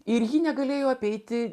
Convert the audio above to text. ir ji negalėjo apeiti